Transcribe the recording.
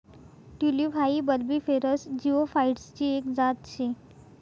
tulip हाई bulbiferous जिओफाइटसची एक जात शे